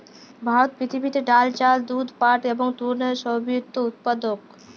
ভারত পৃথিবীতে ডাল, চাল, দুধ, পাট এবং তুলোর সর্ববৃহৎ উৎপাদক